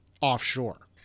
offshore